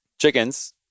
Chickens